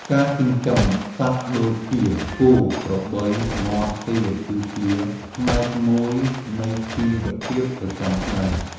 ការចិញ្ចឹមសត្វដូចជា គោ ក្របី មាន់ ទា គឺជាផ្នែកមួយនៃជីវភាពប្រចាំថ្ងៃ។